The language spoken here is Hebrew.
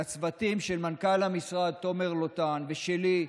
לצוותים של מנכ"ל המשרד תומר לוטן ושלי,